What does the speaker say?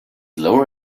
lower